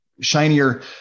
shinier